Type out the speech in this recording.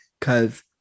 Cause